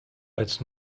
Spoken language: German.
als